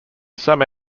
some